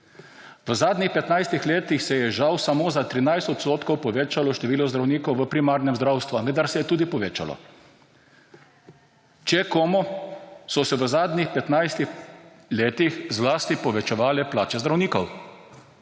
V zadnjih 15 letih se je žal samo za 13 odstotkov povečalo število zdravnikov v primernem zdravstvu, vendar se je tudi povečalo. Če komu so se v zadnjih 15 letih zlasti povečevale plače zdravnikov